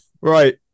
right